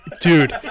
Dude